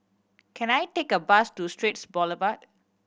can I take a bus to Straits Boulevard